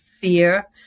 fear